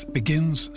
begins